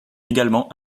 également